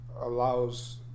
allows